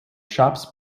shops